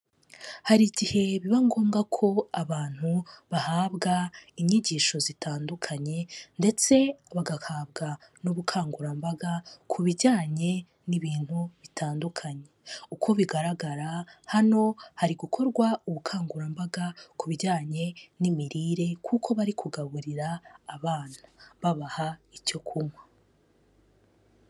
Hari igihe biba ngombwa ko abantu bahabwa inyigisho zitandukanye ndetse bagahabwa n'ubukangurambaga ku bijyanye n'ibintu bitandukanye. Uko bigaragara hano hari gukorwa ubukangurambaga ku bijyanye n'imirire kuko bari kugaburira abana babaha icyo kunywa.